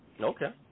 Okay